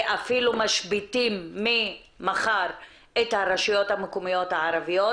ואפילו משביתים ממחר את הרשויות המקומיות הערביות,